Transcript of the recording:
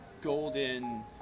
golden